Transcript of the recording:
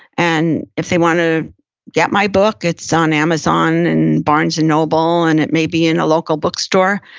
and if they want to get my book, it's on amazon and barnes and noble, and it may be in a local bookstore.